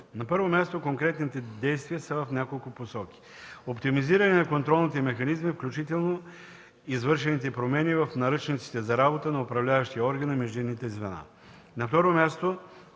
На първо място, конкретните действия са в няколко посоки – оптимизиране на контролните механизми, включително извършените промени в наръчниците за работа на управляващия орган и междинните звена. На второ място